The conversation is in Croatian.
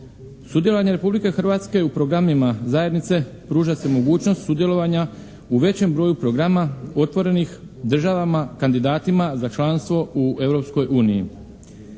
Sudjelovanje Republike Hrvatske u programima zajednice pruža se mogućnost sudjelovanja u većem broju programa otvorenih državama kandidatima za članstvo u